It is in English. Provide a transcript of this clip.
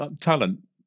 talent